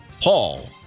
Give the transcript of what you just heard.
Paul